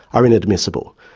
are inadmissible,